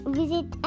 visit